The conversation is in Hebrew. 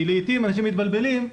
כי לעיתים אנשים מתבלבלים,